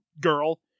girl